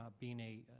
ah being a,